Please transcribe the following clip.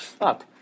up